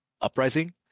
uprising